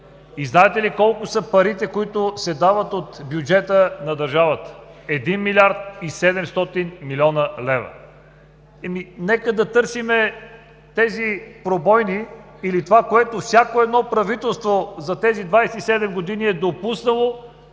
Знаете ли колко са парите, които се дават от бюджета на държавата – 1 млрд. 700 млн. лв.?! Нека да търсим тези пробойни или това, което всяко едно правителство за тези 27 години е пропуснало